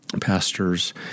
pastors